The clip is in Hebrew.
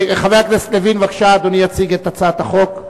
חבר הכנסת לוין, בבקשה, אדוני יציג את הצעת החוק.